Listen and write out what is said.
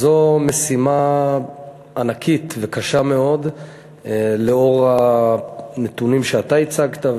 זו משימה ענקית וקשה מאוד לאור הנתונים שאתה הצגת,